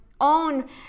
own